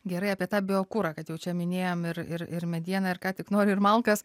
gerai apie tą biokurą kad jau čia minėjom ir ir ir medieną ir ką tik nori ir malkas